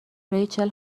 ریچل